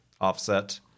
offset